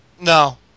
No